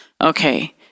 Okay